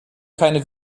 keine